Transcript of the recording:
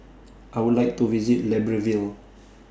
I Would like to visit Libreville